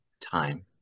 time